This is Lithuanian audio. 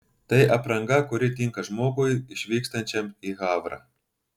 tai apranga kuri tinka žmogui išvykstančiam į havrą